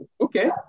okay